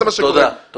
תודה.